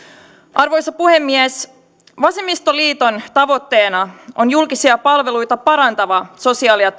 arvoisa puhemies vasemmistoliiton tavoitteena on julkisia palveluita parantava sosiaali ja